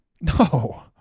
No